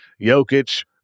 Jokic